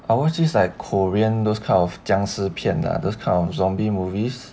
I watch just like korean those kind of 僵尸片 lah those kind of zombie movies